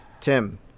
Tim